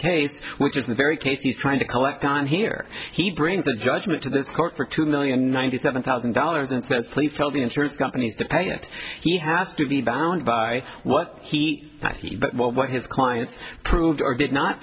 case which is the very case he's trying to collect on here he brings the judgment to this court for two million ninety seven thousand dollars and says please tell the insurance companies to pay it he has to be bound by what he what his client's proved or did not